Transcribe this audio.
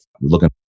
looking